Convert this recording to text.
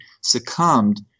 succumbed